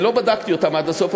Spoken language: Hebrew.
ולא בדקתי אותן עד הסוף,